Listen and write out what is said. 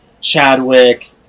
Chadwick